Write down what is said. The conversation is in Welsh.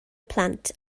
plant